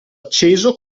acceso